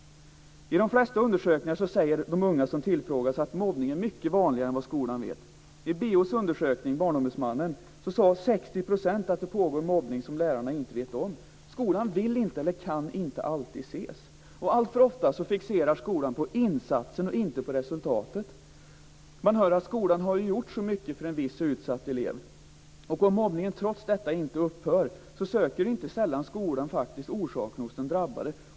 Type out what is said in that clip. I de flesta undersökningar säger de unga som tillfrågas att mobbning är mycket vanligare än vad skolan känner till. I Barnombudsmannens undersökning sade 60 % att det pågår mobbning som lärarna inte vet om. Skolan vill eller kan inte alltid se, och alltför ofta fixerar skolan på insatsen och inte på resultatet. Man hör att skolan har gjort så mycket för en viss utsatt elev, och om mobbningen trots detta inte upphör söker skolan inte sällan orsaken hos den drabbade.